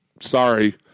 Sorry